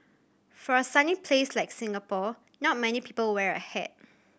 for a sunny place like Singapore not many people wear a hat